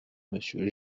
monsieur